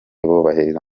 bubahiriza